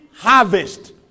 harvest